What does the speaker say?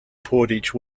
portage